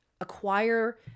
acquire